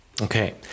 Okay